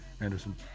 Anderson